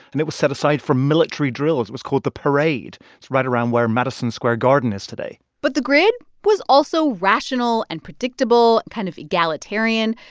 and it was set aside for military drills. it was called the parade. it's right around where madison square garden is today but the grid was also rational and predictable, kind of egalitarian.